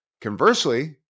Conversely